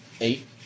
Eight